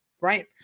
Right